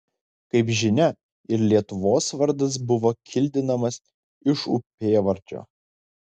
kaip žinia ir lietuvos vardas buvo kildinamas iš upėvardžio